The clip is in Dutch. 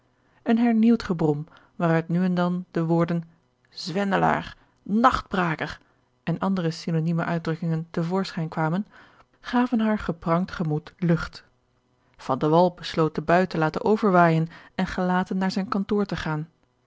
een hernieuwd gebrom waaruit nu en dan de woorden zwendelaar nachtbraker en ander synonieme uitdrukkingen te voorschijn kwamen gaven haar geprangd gemoed lucht van de wall besloot de bui te laten overwaaijen en gelaten naar zijn kantoor te gaan